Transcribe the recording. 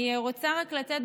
אני רוצה לתת,